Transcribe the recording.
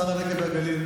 שר הנגב והגליל.